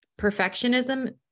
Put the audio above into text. perfectionism